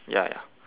ya ya